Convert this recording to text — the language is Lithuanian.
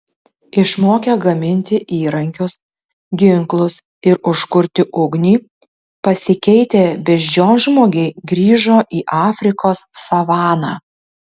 išmokę gaminti įrankius ginklus ir užkurti ugnį pasikeitę beždžionžmogiai grįžo į afrikos savaną